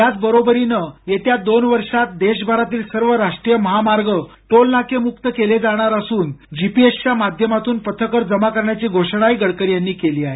त्याचबरोबरीने येत्या वर्षभरात देशभरातील सर्व राष्ट्रीय महामार्ग टोलनाके मुक्त केले जाणार असून जीपीएस च्या माध्यमातून पथकर जमा करण्याची घोषणा गडकरी यांनी केली आहे